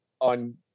on